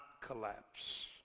collapse